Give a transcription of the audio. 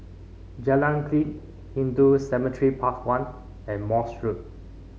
Jalan Klinik Hindu Cemetery Path one and Morse Road